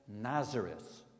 Nazareth